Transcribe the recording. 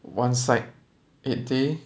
one side eight day